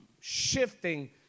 shifting